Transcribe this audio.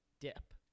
dip